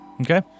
Okay